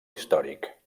històric